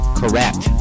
correct